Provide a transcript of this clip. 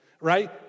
right